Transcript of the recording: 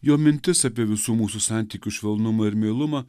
jo mintis apie visų mūsų santykių švelnumą ir meilumą